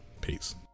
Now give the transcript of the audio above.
Peace